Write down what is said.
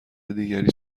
دیگری